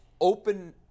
open